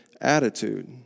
attitude